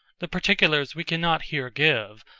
the particulars we can not here give,